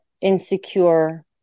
insecure